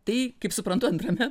tai kaip suprantu antrame